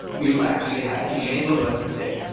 you'll actually have the enable button there.